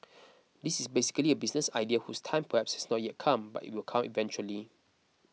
this is basically a business idea whose time perhaps has not yet come but it will come eventually